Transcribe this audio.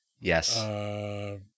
Yes